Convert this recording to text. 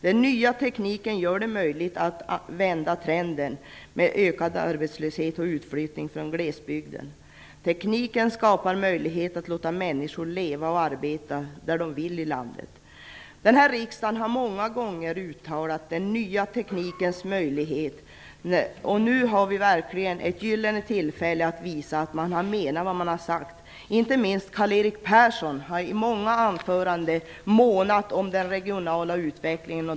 Den nya tekniken gör det möjligt att vända trenden för ökad arbetslöshet och utflyttning från glesbygden. Tekniken skapar möjligheter att låta människor leva och arbeta där de vill i landet. Den här riksdagen har många gånger talat om den nya teknikens möjligheter. Nu har vi verkligen ett gyllene tillfälle att visa att man har menat vad man har sagt. Inte minst Karl-Erik Persson har i många anföranden månat om den regionala utvecklingen.